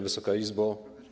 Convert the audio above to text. Wysoka Izbo!